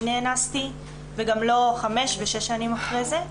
נאנסתי וגם לא חמש ושש שנים אחרי זה.